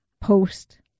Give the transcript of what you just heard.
post